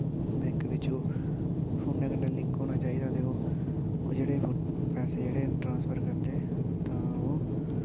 bank बिच्च ओह् फोनां कन्नैं लिंक होना चाहि्दा ओह् जेह्ड़े पैसे जेह्ड़े ट्रांसफर करदे ते ओह्